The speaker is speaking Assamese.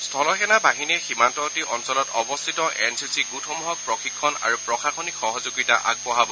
স্থল সেনা বাহিনীয়ে সীমান্তবৰ্তী অঞ্চলত অৱস্থিত এন চি চি গোটসমূহক প্ৰশিক্ষণ আৰু প্ৰশাসনিক সহযোগিতা আগবঢ়াব